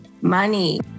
money